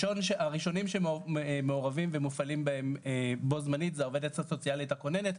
הראשונים שמעורבים ומופעלים בו זמנית זו העובדת הסוציאלית הכוננת,